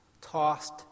tossed